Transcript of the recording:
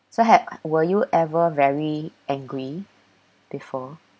so ha~ were you ever very angry before